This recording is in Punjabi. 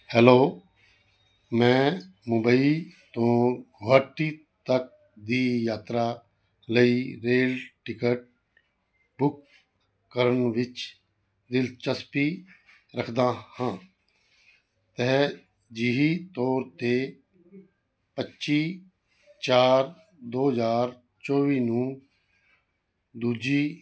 ਹੈਲੋ ਮੈਂ ਮੁੰਬਈ ਤੋਂ ਗੁਹਾਟੀ ਤੱਕ ਦੀ ਯਾਤਰਾ ਲਈ ਰੇਲ ਟਿਕਟ ਬੁੱਕ ਕਰਨ ਵਿੱਚ ਦਿਲਚਸਪੀ ਰੱਖਦਾ ਹਾਂ ਤਰਜੀਹੀ ਤੌਰ 'ਤੇ ਪੱਚੀ ਚਾਰ ਦੋ ਹਜ਼ਾਰ ਚੌਵੀ ਨੂੰ ਦੂਜੀ